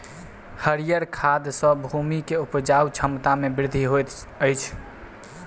हरीयर खाद सॅ भूमि के उपजाऊ क्षमता में वृद्धि होइत अछि